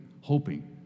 hoping